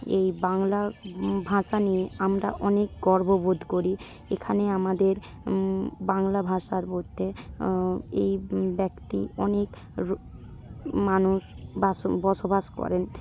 এই বাংলার ভাষা নিয়ে আমরা অনেক গর্ববোধ করি এখানে আমাদের বাংলা ভাষার মধ্যে এই ব্যক্তি অনেক মানুষ বাস বসবাস করে